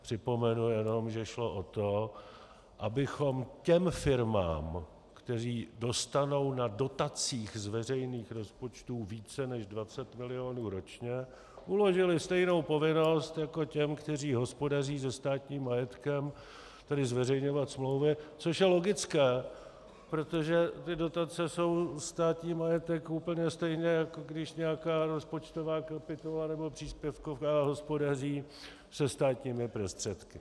Připomenu jenom, že šlo o to, abychom těm firmám, které dostanou na dotacích z veřejných rozpočtů více než 20 milionů ročně, uložili stejnou povinnost jako těm, které hospodaří se státním majetkem, tedy zveřejňovat smlouvy, což je logické, protože dotace jsou státní majetek úplně stejně, jako když nějaká rozpočtová kapitola nebo příspěvková hospodaří se státními prostředky.